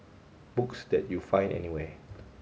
books that you find anywhere